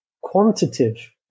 quantitative